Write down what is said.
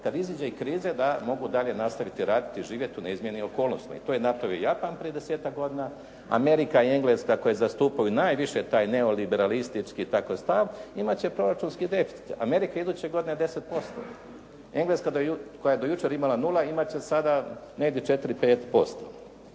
kad iziđe iz krize da mogu dalje nastaviti raditi i živjeti u neizmijenjenim okolnostima. To je napravio Japan prije desetak godina. Amerika i Engleska koje zastupaju najviše taj neoliberalistički takav stav imat će proračunski deficit. Amerika iduće godine 10%. Engleska koja je do jučer ima nula imat će sada negdje 4, 5%.